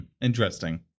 Interesting